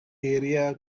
area